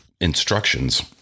instructions